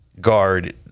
guard